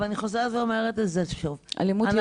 אבל אני חוזרת ואומרת את זה שוב --- אלימות יש בכל מקום.